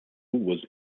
was